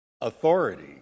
authority